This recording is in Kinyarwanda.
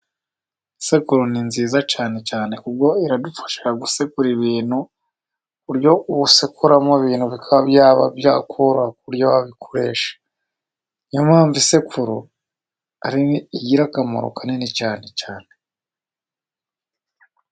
Isekuru ni nziza cyane cyane kuko iradufasha gusekura ibintu, ku buryo usekuramo ibintu bikaba byakoroha ku buryo wabikoresha. Ni yo mpamvu isekuru arigira akamaro kanini cyane cyane.